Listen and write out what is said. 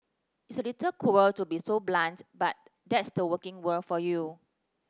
it's a little cruel to be so blunt but that's the working world for you